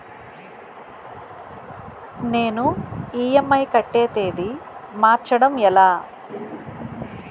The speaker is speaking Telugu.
నేను ఇ.ఎం.ఐ కట్టే తేదీ మార్చడం ఎలా?